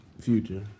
Future